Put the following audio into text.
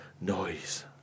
noise